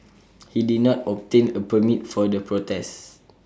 he did not obtain A permit for the protests